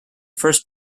first